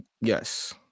yes